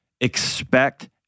Expect